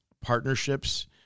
partnerships